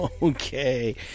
Okay